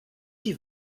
die